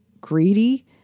greedy